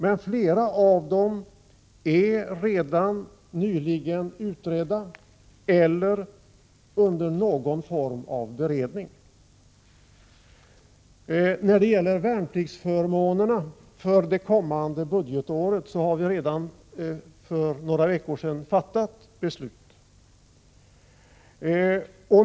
Men flera av dem är redan nyligen utredda eller under någon form av beredning. När det gäller värnpliktsförmånerna för det kommande budgetåret har vi redan för några veckor sedan fattat beslut.